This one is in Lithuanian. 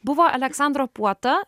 buvo aleksandro puota